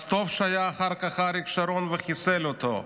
אז טוב שהיה אחר כך אריק שרון שחיסל אותו,